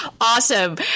Awesome